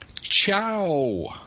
Ciao